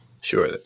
Sure